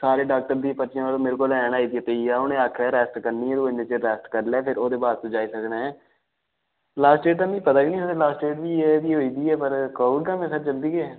सारे डाक्टर दी पर्चियां मतलब मेरे कोल हैन अजें बी पेदियां मतलब उ'नें आखेआ रैस्ट करनी तू इन्ने चिर रैस्ट करी लै ते फिर ओह्दे बाद तू जाई सकना ऐं लास्ट डेट दा मी पता गै निं है हा जे लास्ट डेट बी ऐ एह्दी होई दी ऐ पर कदूं दा में सर जल्दी गै